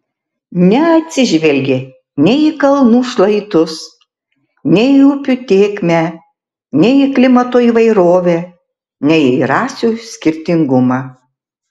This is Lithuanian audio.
neatsižvelgė nei į kalnų šlaitus nei į upių tėkmę nei į klimato įvairovę nei į rasių skirtingumą